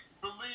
believe